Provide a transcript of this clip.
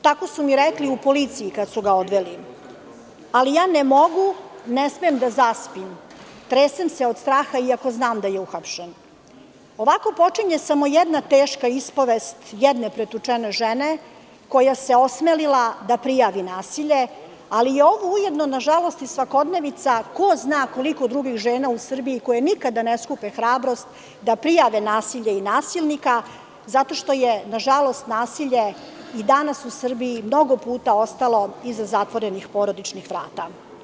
Tako su mi rekli u policiji kada su ga odveli, ali ja ne mogu, ne smem da zaspim, tresem se od straha, iako znam da je uhapšen.“ Ovako počinje samo jedna teška ispovest jedne pretučene žene koja se osmelila da prijavi nasilje, ali je ovo ujedno, nažalost, i svakodnevnica ko zna koliko drugih žena u Srbiji koje nikada ne skupe hrabrost da prijave nasilje i nasilnika zato što je, nažalost, nasilje i danas u Srbiji, mnogo puta, ostalo iza zatvorenih porodičnih vrata.